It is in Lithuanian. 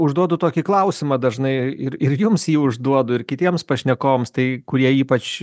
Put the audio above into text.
užduodu tokį klausimą dažnai ir ir jums jį užduodu ir kitiems pašnekovams tai kurie ypač